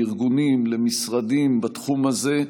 לארגונים ולמשרדים בתחום הזה,